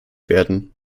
werden